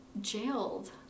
jailed